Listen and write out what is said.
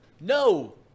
No